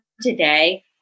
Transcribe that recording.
today